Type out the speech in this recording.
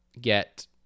get